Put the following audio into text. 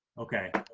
okay.